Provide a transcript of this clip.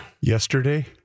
Yesterday